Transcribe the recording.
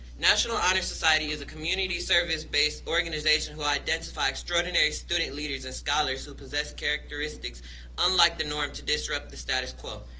national honor society is a community service-based organization who identify extraordinary student leaders and scholars who possess characteristics unlike the norm to disrupt the status quo.